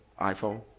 iPhone